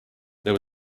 there